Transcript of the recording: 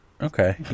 Okay